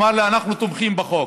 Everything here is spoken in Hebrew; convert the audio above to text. הוא אמר לי: אנחנו תומכים בחוק.